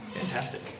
Fantastic